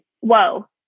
whoa